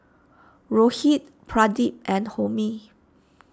Rohit Pradip and Homi